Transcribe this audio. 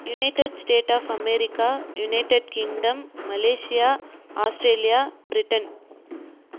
united state of America United Kingdom Malaysia Australia Britain